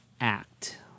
act